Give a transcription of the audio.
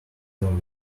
them